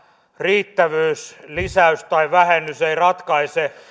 riittävyys lisäys tai vähennys ei ratkaise